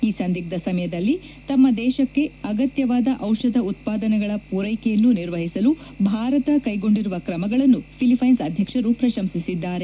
ಈ ಸಂದಿಗ್ದ ಸಮಯದಲ್ಲಿ ತಮ್ಮ ದೇಶಕ್ಕೆ ಅಗತ್ಯವಾದ ಔಷಧ ಉತ್ಪನ್ನಗಳ ಪೂರೈಕೆಯನ್ನು ನಿರ್ವಹಿಸಲು ಭಾರತ ಕೈಗೊಂಡಿರುವ ಕ್ರಮಗಳನ್ನು ಫಿಲಿಪೈನ್ಸ್ ಅಧ್ಯಕ್ಷರು ಪ್ರಶಂಸಿಸಿದ್ದಾರೆ